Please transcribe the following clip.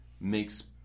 makes